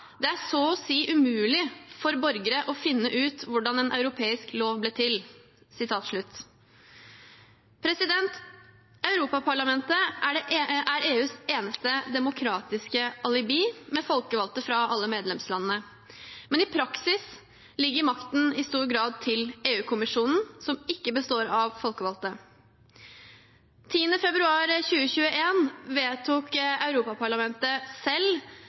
det er «så å si umulig for borgere å finne ut hvordan en europeisk lov ble til». Europaparlamentet er EUs eneste demokratiske alibi, med folkevalgte fra alle medlemslandene, men i praksis ligger makten i stor grad hos EU-kommisjonen, som ikke består av folkevalgte. Den 10. februar 2021 vedtok Europaparlamentet selv